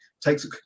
takes